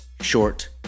short